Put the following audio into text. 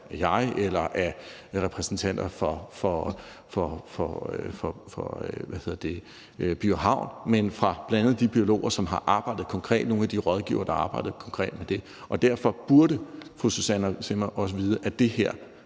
af mig eller af repræsentanter for By & Havn, men af bl.a. de biologer, som har arbejdet konkret med det, og af nogle af de rådgivere, der har arbejdet konkret med det. Derfor burde fru Susanne Zimmer også vide, at denne